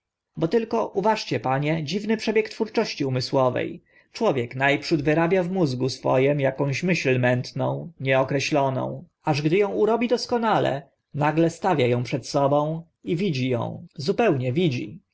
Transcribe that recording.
bo tylko uważcie panie dziwny przebieg twórczości umysłowe człowiek na przód wyrabia w mózgu swoim akąś myśl mętną nieokreśloną aż gdy ą urobi doskonale nagle stawia ą przed sobą i widzi ą zupełnie widzi